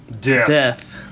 Death